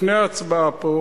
לפני ההצבעה פה,